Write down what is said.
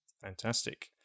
Fantastic